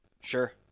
Sure